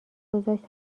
گذاشت